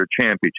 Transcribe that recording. championship